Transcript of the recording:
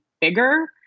bigger